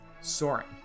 Soaring